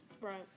Right